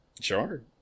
Sure